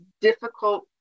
difficult